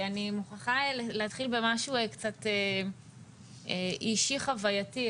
אני מוכרחה להתחיל במשהו קצת אישי חווייתי.